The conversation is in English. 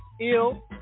ill